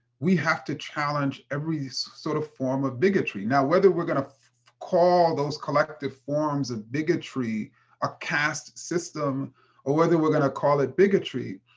we have to challenge every sort of form of bigotry. now whether we're going to call those collective forms of bigotry a caste system or whether we're going to call it bigotry,